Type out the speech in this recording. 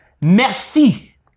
Merci